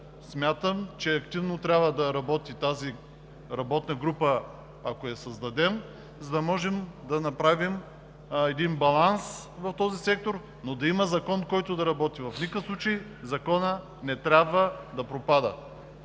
Смятам, че тази работна група трябва да работи активно, ако я създадем, за да можем да направим един баланс в този сектор. Но да има закон, който да работи. В никакъв случай Законът не трябва да пропада.